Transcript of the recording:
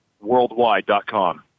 worldwide.com